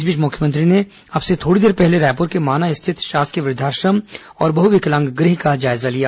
इस बीच मुख्यमंत्री ने अब से थोड़ी देर पहले रायपुर के माना स्थित शासकीय वृद्धाश्रम और बहुविकलांग गृह का जायजा लिया